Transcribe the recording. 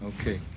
okay